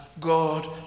God